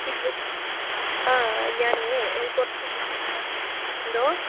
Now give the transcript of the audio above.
ഇത് ആ ഞാൻ കുറച്ച് ബുക്ക് എന്തോ